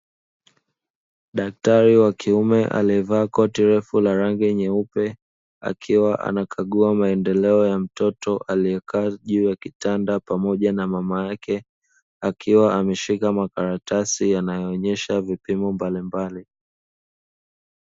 Daktari wa kiume aliyevaa koti refu la rangi nyeupe akiwa anakagua maendeleo ya mtoto aliyekaa juu ya kitanda pamoja na mama yake, akiwa ameshika makaratasi yanayoonyesha vipimo mbalimbali.